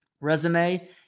resume